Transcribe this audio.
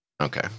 Okay